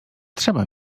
trzeba